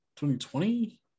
2020